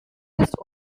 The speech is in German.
ist